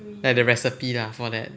like the recipe lah for that